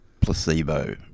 placebo